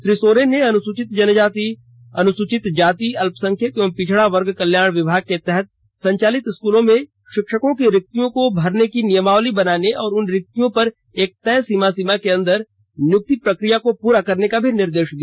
श्री सोरेन ने अनुसूचित जनजाति अनुसूचित जाति अल्पसंख्यक एवं पिछड़ा वर्ग कल्याण विभाग के तहत संचालित स्कूलों में शिक्षकों की रिक्तियां को भरने के लिए नियमावली बनाने और उन रिक्तियों पर एक तय समय सीमा के अंदर नियुक्ति प्रक्रिया को पूरा करने का निर्देश दिया